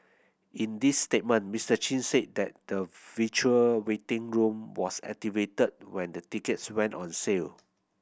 in his statement Mister Chin said that the virtual waiting room was activated when the tickets went on sale